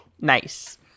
Nice